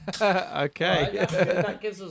Okay